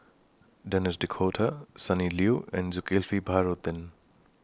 Denis D'Cotta Sonny Liew and Zulkifli Baharudin